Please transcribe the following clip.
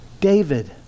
David